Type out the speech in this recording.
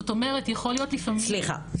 סליחה,